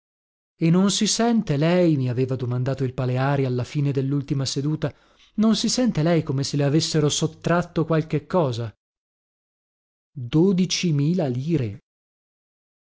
e non si sente lei mi aveva domandato il paleari alla fine dellultima seduta non si sente lei come se le avessero sottratto qualche cosa dodici mila lire